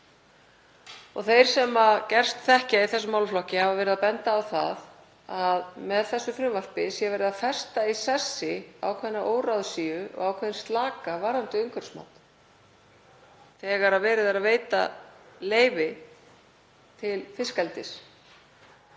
Þeir sem gerst þekkja í þessum málaflokki hafa bent á það að með þessu frumvarpi sé verið að festa í sessi ákveðna óráðsíu og ákveðinn slaka varðandi umhverfismat þegar verið er að veita leyfi til fiskeldis.